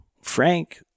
frank